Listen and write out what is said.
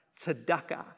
tzedakah